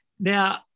Now